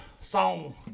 song